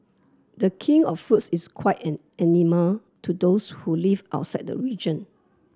the King of Fruits is quite an enigma to those who live outside the region